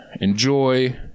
Enjoy